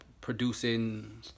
producing